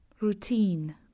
routine